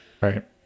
Right